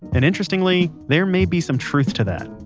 and interestingly, there may be some truth to that